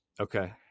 Okay